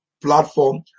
platform